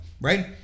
right